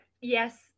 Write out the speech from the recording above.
yes